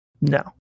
No